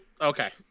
okay